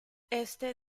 éste